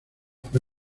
fue